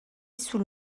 sous